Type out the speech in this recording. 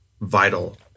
vital